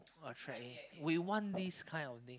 attract we want this kind of thing